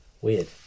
Weird